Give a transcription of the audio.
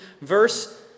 verse